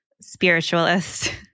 Spiritualist